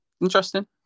Interesting